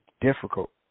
difficult